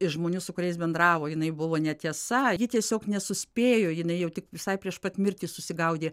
iš žmonių su kuriais bendravo jinai buvo netiesa ji tiesiog nesuspėjo jinai jau tik visai prieš pat mirtį susigaudė